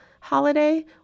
holiday